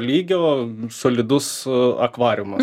lygio solidus akvariumas